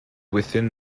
within